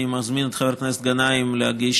אני מזמין את חבר הכנסת גנאים להגיש